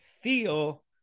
feel